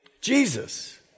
Jesus